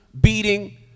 beating